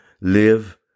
live